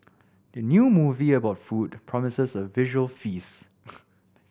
the new movie about food promises a visual feast